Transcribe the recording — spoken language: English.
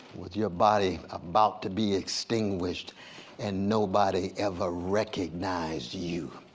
with your body about to be extinguished and nobody ever recognized you,